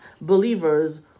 believers